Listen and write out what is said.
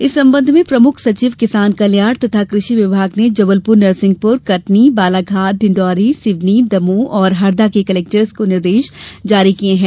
इस संबंध में प्रमुख सचिव किसान कल्याण तथा कृषि विकास ने जबलपुर नरसिंहपुर कटनी बालाघाट डिण्डौरी सिवनी दमोह और हरदा के कलेक्टर्स को निर्देश जारी किये हैं